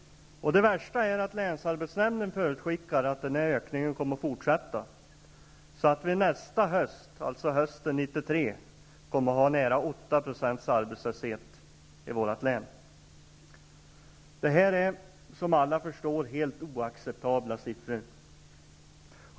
Det värsta är att länsarbetsnämnden förutskickar att den ökningen kommer att fortsätta, så att vi hösten 1993 kommer att ha nära 8 % arbetslöshet i vårt län. Det här är som alla förstår helt oacceptabla siffror.